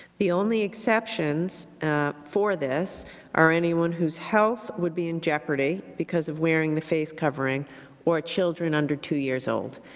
the only exceptions for this are anyone whose health would be in jeopardy because of wearing the face covering or children under two years old.